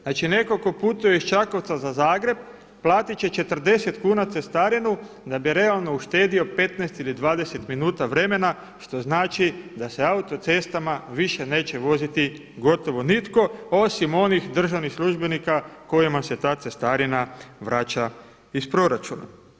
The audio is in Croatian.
Znači netko tko putuje iz Čakovca za Zagreb, platit će 40 kuna cestarinu da bi realno uštedio 15 ili 20 minuta vremena što znači da se autocestama više neće voziti gotovo nitko osim onih državnih službenika kojima se ta cestarina vraća iz proračuna.